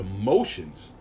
emotions